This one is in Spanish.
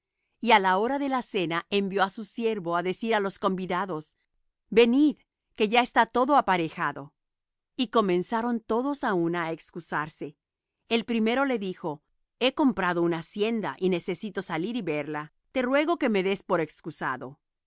y á la hora de la cena envió á su siervo á decir á los convidados venid que ya está todo aparejado y comenzaron todos á una á excusarse el primero le dijo he comprado una hacienda y necesito salir y verla te ruego que me des por excusado